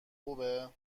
خوبه